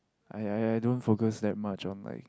I I I don't focus that much on like